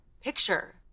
picture